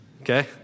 okay